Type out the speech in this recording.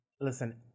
Listen